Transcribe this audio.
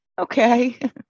okay